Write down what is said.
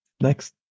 next